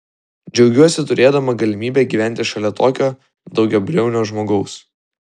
džiaugiuosi turėdama galimybę gyventi šalia tokio daugiabriaunio žmogaus